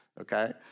okay